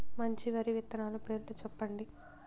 మంచి వరి విత్తనాలు పేర్లు చెప్పండి?